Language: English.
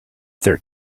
their